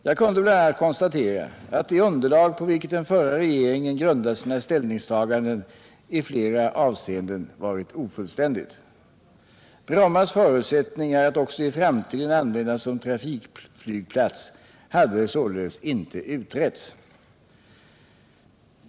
Jag kunde bl.a. konstatera att det underlag på vilket den förra regeringen grundat sina ställningstaganden i flera avseenden varit ofullständigt. Brommas förutsättningar att också i framtiden användas som trafikflygplats hade således inte utretts.